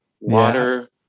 water